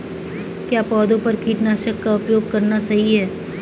क्या पौधों पर कीटनाशक का उपयोग करना सही है?